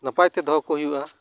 ᱱᱟᱯᱟᱭ ᱛᱮ ᱫᱚᱦᱚ ᱠᱚ ᱦᱩᱭᱩᱜᱼᱟ